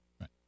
Right